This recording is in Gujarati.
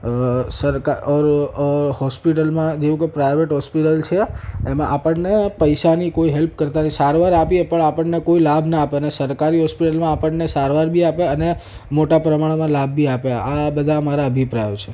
હોસ્પિટલમાં જેવું કે પ્રાઈવેટ હોસ્પિટલ છે એમાં આપણને પૈસાની કોઈ હેલ્પ કરતાં નથી સારવાર આપીએ પણ કોઈ લાભ ન આપે અને સરકારી હોસ્પિટલમાં આપણને સારવાર બી આપે અને મોટા પ્રમાણમાં લાભ બી આપે આ બધા મારા અભિપ્રાયો છે